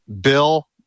Bill